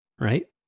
right